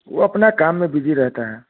वह अपने काम में बिजी रहता है